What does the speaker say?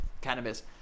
cannabis